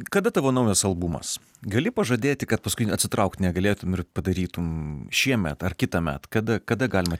kada tavo naujas albumas gali pažadėti kad paskui atsitraukt negalėtum ir padarytum šiemet ar kitąmet kada kada galima